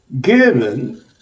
given